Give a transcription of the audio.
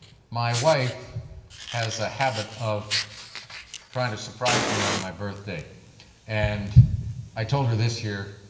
my wife has a habit of trying to surprise me on my birthday and i told her this year,